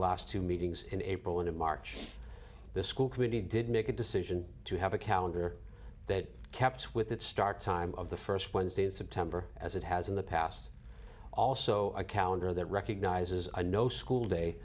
last two meetings in april and in march the school committee did make a decision to have a calendar that caps with that start time of the first wednesday in september as it has in the past also a calendar that recognizes i know school day